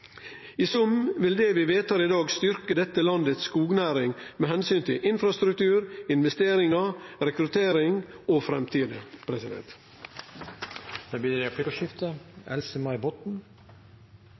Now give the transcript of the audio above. I sum vil det vi vedtar i dag, styrkje skognæringa i dette landet med omsyn til infrastruktur, investeringar, rekruttering og framtida. Det blir replikkordskifte.